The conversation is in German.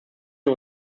sie